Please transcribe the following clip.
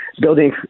building